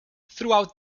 throughout